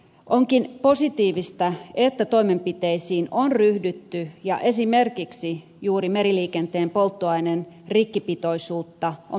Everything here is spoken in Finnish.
onkin positiivista että toimenpiteisiin on ryhdytty ja esimerkiksi juuri meriliikenteen polttoaineen rikkipitoisuutta on päätetty rajoittaa